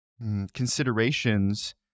considerations